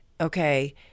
Okay